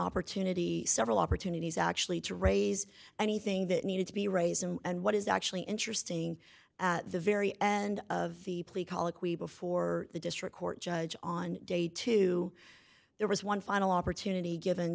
opportunity several opportunities actually to raise anything that needed to be raised and what is actually interesting at the very end of the plea colloquy before the district court judge on day two there was one final opportunity given